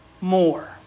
more